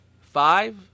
five